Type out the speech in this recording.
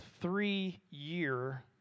three-year